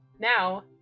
Now